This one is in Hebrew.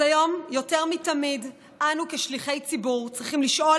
אז היום יותר מתמיד אנו כשליחי ציבור צריכים לשאול